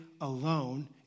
alone